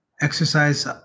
exercise